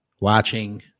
watching